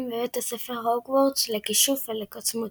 בבית הספר הוגוורטס לכישוף ולקוסמות.